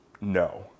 no